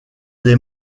des